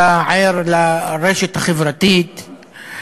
אתה ער לרשת החברתית,